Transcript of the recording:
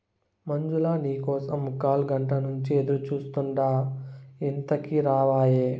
మంజులా, నీ కోసం ముక్కాలగంట నుంచి ఎదురుచూస్తాండా ఎంతకీ రావాయే